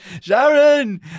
Sharon